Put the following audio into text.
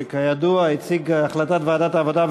שכידוע הציג את הצעת ועדת העבודה,